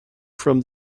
from